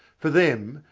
for them,